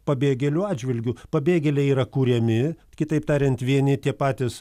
pabėgėlių atžvilgiu pabėgėliai yra kuriami kitaip tariant vieni tie patys